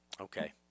okay